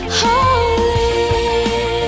holy